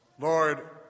Lord